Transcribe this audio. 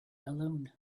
alone